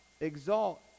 Exalt